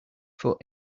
foot